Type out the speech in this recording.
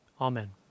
Amen